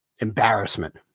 embarrassment